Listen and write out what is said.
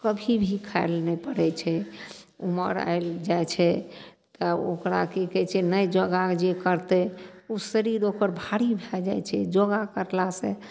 कभी भी खाइ लए नहि पड़य छै उमर आयल जाइ छै तऽ ओकरा की कहय छै ने योगा जे करतइ उ शरीर ओकर भारी भए जाइ छै योगा करलासँ